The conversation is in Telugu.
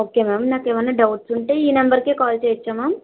ఓకే మ్యామ్ నాకేమైనా డౌట్స్ ఉంటే ఈ నెంబర్కి కాల్ చేయొచ్చా మ్యామ్